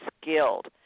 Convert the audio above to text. skilled